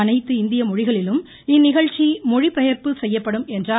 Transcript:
அனைத்து இந்திய மொழிகளிலும் இந்நிகழ்ச்சி மொழி பெயர்ப்பு செய்யப்படும் என்றார்